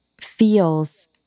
feels